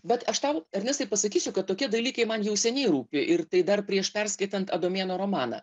bet aš tau ernestai pasakysiu kad tokie dalykai man jau seniai rūpi ir tai dar prieš perskaitant adomėno romaną